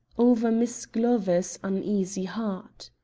over miss glover's uneasy heart.